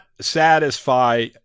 satisfy